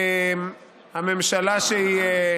הממשלה, שהיא